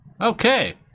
Okay